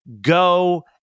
go